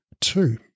two